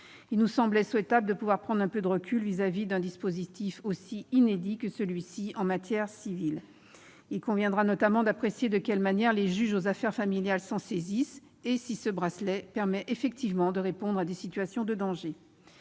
Il nous semblait souhaitable de pouvoir prendre un peu de recul par rapport à un dispositif aussi inédit que celui-ci, en matière civile. Il conviendra notamment d'apprécier de quelle manière les juges aux affaires familiales s'en seront saisis et si ce bracelet aura effectivement permis de répondre à des situations de danger.